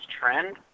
trend